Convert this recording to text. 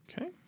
Okay